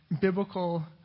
biblical